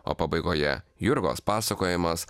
o pabaigoje jurgos pasakojimas